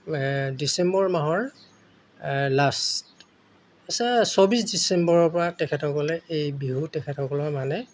ডিচেম্বৰ মাহৰ লাষ্ট আছে চৌব্বিছ ডিচেম্বৰৰ পৰা তেখেতসকলে এই বিহু তেখেতসকলৰ মানে